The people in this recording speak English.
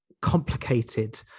complicated